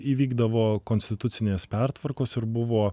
įvykdavo konstitucinės pertvarkos ir buvo